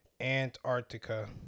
Antarctica